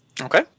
okay